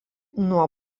nuo